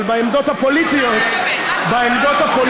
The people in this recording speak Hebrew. אבל בעמדות הפוליטיות, אל תסתבך.